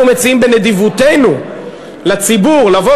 אנחנו מציעים בנדיבותנו לציבור לבוא